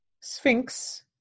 sphinx